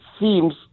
seems